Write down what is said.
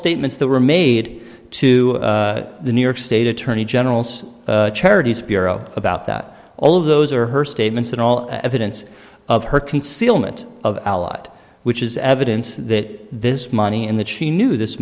statements that were made to the new york state attorney general's charities bureau about that all of those are her statements and all evidence of her concealment of a lot which is evidence that this money and that she knew this